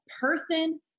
person